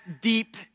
deep